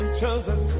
Chosen